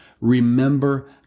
remember